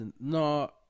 no